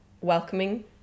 welcoming